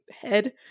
head